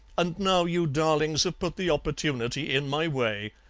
and now you darlings have put the opportunity in my way.